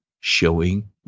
showing